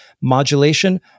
modulation